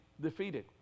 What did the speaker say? defeated